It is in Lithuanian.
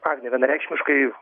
agne vienareikšmiškai